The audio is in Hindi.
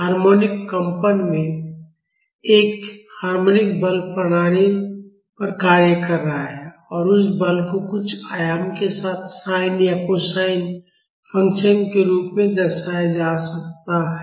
तो हार्मोनिक कंपन में एक हार्मोनिक बल प्रणाली पर कार्य कर रहा है और उस बल को कुछ आयाम के साथ sin या कोसाइन फ़ंक्शन के रूप में दर्शाया जा सकता है